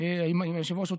אם היושב-ראש רוצה,